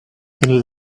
till